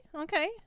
Okay